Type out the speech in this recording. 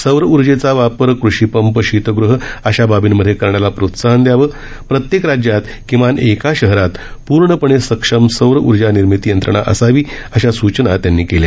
सौर ऊर्जेचा वापर कृषी पंप शीतग़ह अशा बाबींमधे करण्याला प्रोत्साहन द्यावं प्रत्येक राज्यात किमान एका शहरात पूर्णपणे सक्षम सौरऊर्जा निर्मिती यंत्रणा असावीअशा सूचना त्यानी केल्या